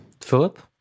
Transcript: Philip